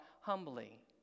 humbly